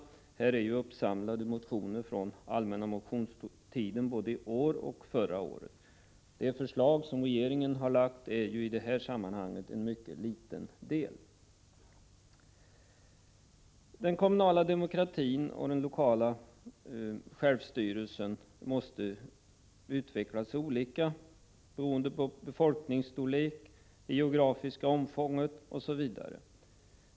Här finns ju uppsamlade motioner från allmänna motionstiden både i år och förra året. De förslag som regeringen har lagt fram utgör i det här sammanhanget en mycket liten del. Den kommunala demokratin och den lokala självstyrelsen måste utvecklas olika beroende på befolkningsstorlek, det geografiska omfånget osv.